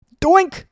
doink